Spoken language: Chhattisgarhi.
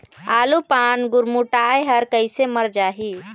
आलू पान गुरमुटाए हर कइसे मर जाही?